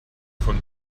von